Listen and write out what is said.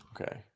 Okay